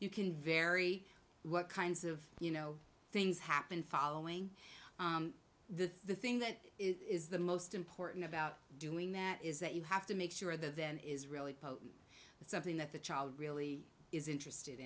you can vary what kinds of you know things happen following the thing that is the most important about doing that is that you have to make sure that is really something that the child really is interested